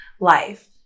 life